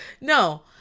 no